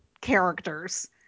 characters